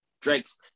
Drake's